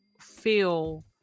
feel